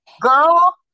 girl